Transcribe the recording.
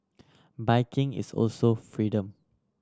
biking is also freedom